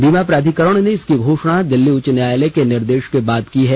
बीमा प्राधिकरण ने इसकी घोषणा दिल्ली उच्च न्यायालय के निर्देश के बाद की है